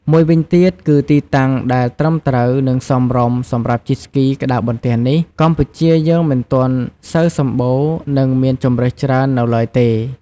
មួយវិញទៀតគឺទីតាំងដែលត្រឹមត្រូវ និងសមរម្យសម្រាប់ជិះស្គីក្ដារបន្ទះនេះ កម្ពុជាយើងមិនទាន់សូវសម្បូរ និងមានជម្រើសច្រើននៅឡើយទេ។